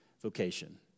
vocation